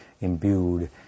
imbued